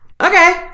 okay